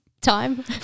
time